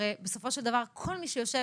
הרי בסופו של דבר המטרה של כל מי שיושב